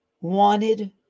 wanted